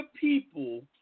people